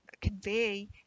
convey